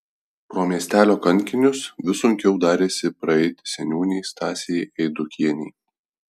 pro miestelio kankinius vis sunkiau darėsi praeiti seniūnei stasei eidukienei